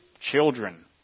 children